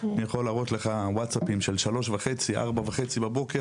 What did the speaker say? אני יכול להראות לך וואטסאפים ב-3:30-4:30 בבוקר